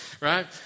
right